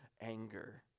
anger